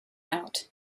out